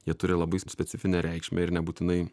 jie turi labai specifinę reikšmę ir nebūtinai